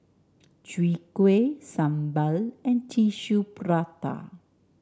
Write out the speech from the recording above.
Chwee Kueh sambal and Tissue Prata